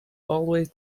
always